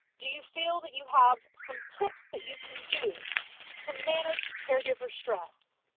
do you feel that you have some tips that you can use to manage caregiver stress?